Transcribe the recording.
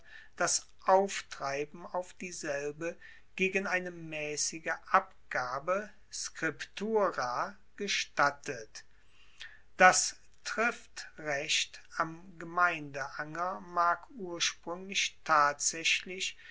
das auftreiben auf dieselbe gegen eine maessige abgabe scriptura gestattet das triftrecht am gemeindeanger mag urspruenglich tatsaechlich